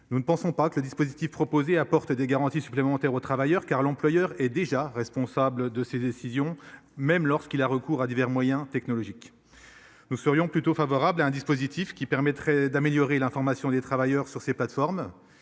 nous ne pensons pas que le dispositif proposé apporte des garanties supplémentaires aux travailleurs car l'employeur est déjà responsable de ses décisions, même lorsqu'il a recours à divers moyens technologiques. Nous serions plutôt favorable à un dispositif qui permettrait d'améliorer l'information des travailleurs sur ces plateformes